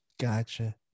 Gotcha